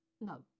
No